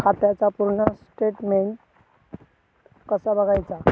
खात्याचा पूर्ण स्टेटमेट कसा बगायचा?